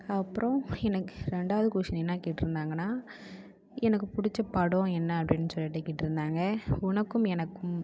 அப்புறம் எனக்கு ரெண்டாவது கொஸ்டின் என்ன கேட்டுருந்தாங்கன்னா எனக்கு பிடிச்ச படம் என்ன அப்படின்னு சொல்லிவிட்டு கேட்டுருந்தாங்க உனக்கும் எனக்கும்